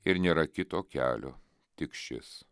ir nėra kito kelio tik šis